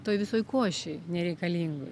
toj visoj košėj nereikalingoj